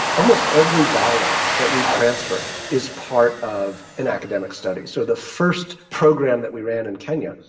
almost every dollar that we transfer is part of an academic study. so the first program that we ran in kenya,